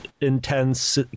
intense